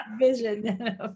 vision